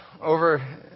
over